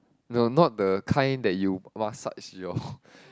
no not the kind that you massage your